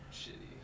shitty